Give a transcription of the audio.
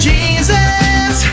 Jesus